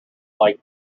like